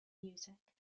music